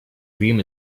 dream